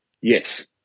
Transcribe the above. yes